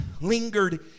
lingered